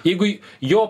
jeigu jo